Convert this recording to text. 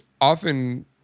often